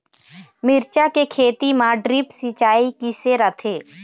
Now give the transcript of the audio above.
मिरचा के खेती म ड्रिप सिचाई किसे रथे?